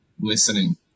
listening